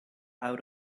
out